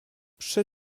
przy